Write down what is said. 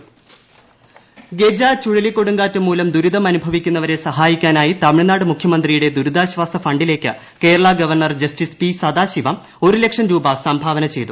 Gaja governor ചുഴലിക്കൊടുങ്കാറ്റ് ദുരിതമനുഭവിക്കുന്നവരെ ഗജ മൂലം സഹായിക്കാനായി തമിഴ് നാട് മുഖ്യമന്ത്രിയുടെ ദുരിതാശ്വാസ ഫണ്ടിലേക്ക് Kerala governor justice P Sathasivam ഒരു ലക്ഷം രൂപ സംഭാവന ചെയ്തു